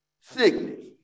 sickness